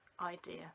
idea